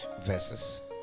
verses